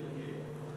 כי פשוט,